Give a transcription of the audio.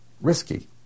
risky